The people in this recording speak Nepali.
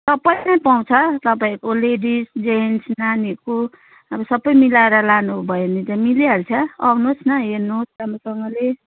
सबै नै पाउँछ तपाईँको लेडिस जेन्ट्स नानीहरूको अब सबै मिलाएर लानुभयो भने त मिलिहाल्छ आउनुहोस् न हेर्नुहोस् राम्रोसँगले